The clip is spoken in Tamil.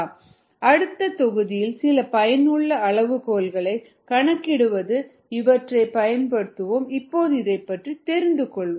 rs1YxSrx1YxSx அடுத்த தொகுதியில் சில பயனுள்ள அளவுகோல்களை கணக்கிடுவதற்கு இவற்றைப் பயன்படுத்துவோம் இப்போது இதைப் பற்றி தெரிந்து கொள்வோம்